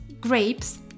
grapes